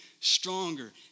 stronger